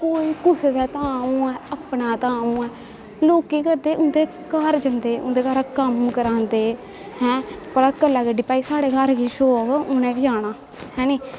कोई कुसै दे धाम होऐ अपना धाम होऐ लोक केह् करदे उं'दे घर जंदे उंदे घरै कम्म करांदे हैं भला कल्ला गेड्डी सारे किश होग उनें बी आना हैनी